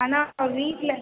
ஆனால் வீட்டில்